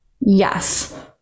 Yes